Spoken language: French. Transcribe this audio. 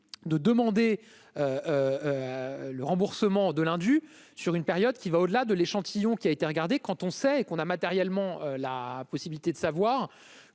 de demander le remboursement de l'Hindu sur une période qui va au-delà de l'échantillon qui a été regardé quand on sait qu'on a matériellement la possibilité de savoir